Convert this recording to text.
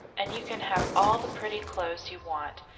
and you can have all the pretty clothes you want,